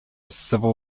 civil